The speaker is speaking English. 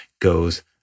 goes